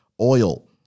oil